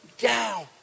down